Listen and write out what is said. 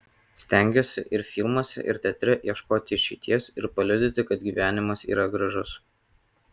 stengiuosi ir filmuose ir teatre ieškoti išeities ir paliudyti kad gyvenimas yra gražus